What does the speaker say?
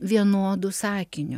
vienodu sakiniu